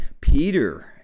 peter